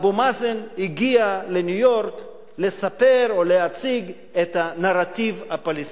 אבו מאזן הגיע לניו-יורק לספר או להציג את הנרטיב הפלסטיני.